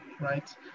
right